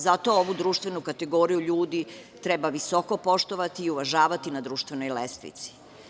Zato ovu društvenu kategoriju ljudi treba visoko poštovati i uvažavati na društvenog lestvici.